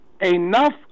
enough